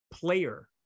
player